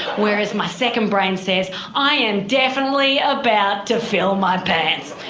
whereas my second brain says, i am definitely about to fill my pants!